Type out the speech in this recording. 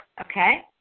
Okay